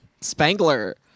Spangler